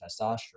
testosterone